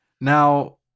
Now